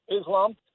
Islam